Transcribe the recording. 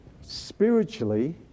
spiritually